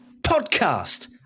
Podcast